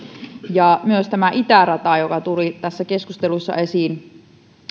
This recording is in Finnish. ja myös tämä itärata joka tuli tässä keskustelussa esiin